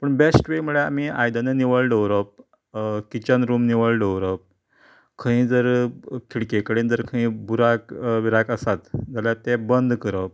पूण best way म्हळ्यार आमी आयदनां निवळ दोवरप किचन रूम निवळ दवरप खंय जर खिडके कडेन जर खंय बुराक बिराक आसा जाल्यार ते बंद करप